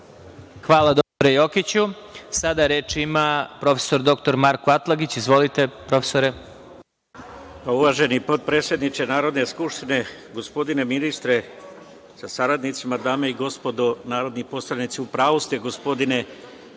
Hvala dr Jokiću. Sada reč ima prof. dr Marko Atlagić. Izvolite. **Marko Atlagić** Uvaženi potpredsedniče Narodne skupštine, gospodine ministre sa saradnicima, dame i gospodo narodni poslanici, u pravu ste gospodine